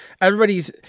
Everybody's